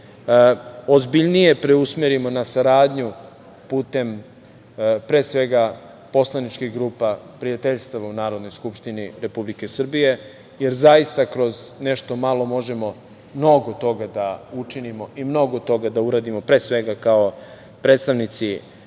ozbiljnije preusmerimo na saradnju putem, pre svega, poslaničkih grupa prijateljstava u Narodnoj skupštini Republike Srbije, jer zaista kroz nešto malo možemo mnogo toga da učinimo i mnogo toga da uradimo, pre svega, kao predstavnici